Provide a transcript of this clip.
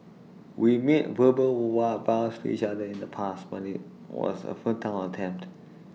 we made verbal vow vows to each other in the past but IT was A futile attempt